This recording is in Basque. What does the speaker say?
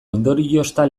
ondoriozta